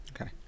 Okay